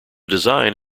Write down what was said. design